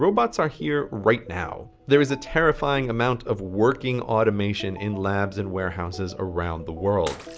robots are here right now. there is a terrifying amount of working automation in labs and warehouses around the world.